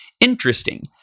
Interesting